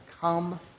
come